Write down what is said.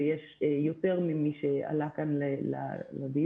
ויש יותר ממי שעלה כאן לדיון,